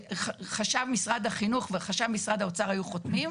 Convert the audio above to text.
שחשב משרד החינוך וחשב משרד האוצר היו חותמים.